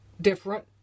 different